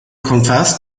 confessed